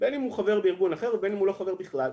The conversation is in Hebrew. בין אם הוא חבר בארגון אחר ובין אם הוא לא חברר בכלל,